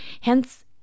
hence